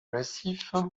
massif